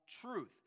truth